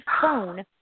phone